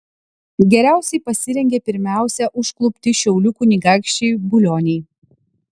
geriausiai pasirengė pirmiausia užklupti šiaulių kunigaikščiai bulioniai